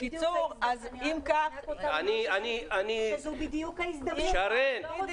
--- שזו בדיוק ההזדמנות --- היא